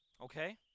Okay